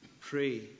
Pray